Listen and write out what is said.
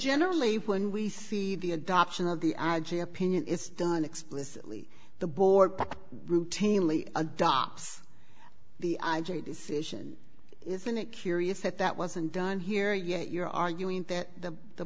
generally when we see the adoption of the i g opinion is done explicitly the board routinely adopts the i j decision isn't it curious that that wasn't done here yet you're arguing that the the